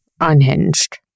Unhinged